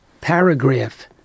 Paragraph